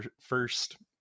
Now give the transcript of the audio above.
first